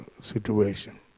situation